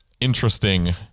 interesting